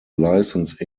license